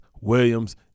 Williams